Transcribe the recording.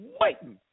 waiting